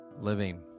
living